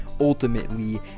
Ultimately